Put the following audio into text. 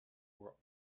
were